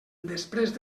després